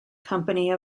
company